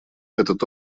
этот